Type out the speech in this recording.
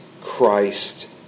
Christ